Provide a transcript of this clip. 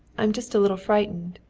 i'm just a little frightened,